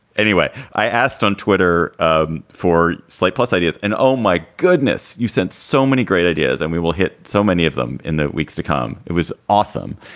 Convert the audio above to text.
anyway, i asked on twitter ah for slate plus ideas and oh my goodness, you sent so many great ideas and we will hit so many of them in the weeks to come it was awesome.